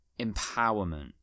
empowerment